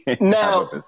Now